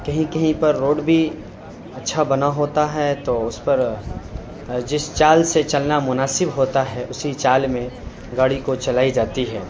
کہیں کہیں پر روڈ بھی اچھا بنا ہوتا ہے تو اس پر جس چال سے چلنا مناسب ہوتا ہے اسی چال میں گاڑی کو چلائی جاتی ہے